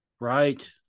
Right